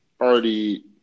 already